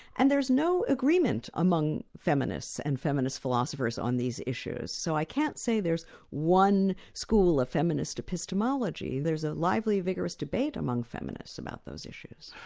and there is no agreement among feminists and feminist philosophers on these issues. so i can't say there's one school of feminist epistemology there's a lively vigorous debate among feminists about those issues.